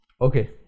Okay